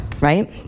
right